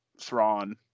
Thrawn